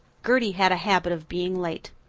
gertie had a habit of being late.